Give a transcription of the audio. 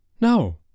No